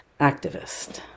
activist